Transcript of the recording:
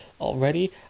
already